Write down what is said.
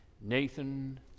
Nathan